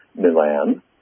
Milan